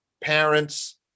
parents